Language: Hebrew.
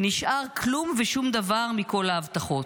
נשאר כלום ושום דבר מכל ההבטחות.